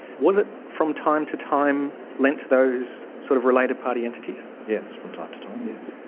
was it from time to time lent to those sort of related party entities? yes, from time to time yes.